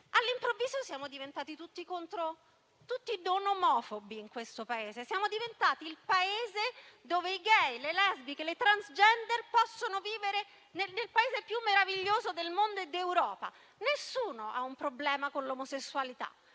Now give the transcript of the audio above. all'improvviso siamo diventati tutti non omofobi in questo Paese. Siamo diventati il Paese dove i *gay*, le lesbiche i *transgender* possono vivere nella realtà più meravigliosa del mondo e dell'Europa. Nessuno ha un problema con l'omosessualità,